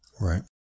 Right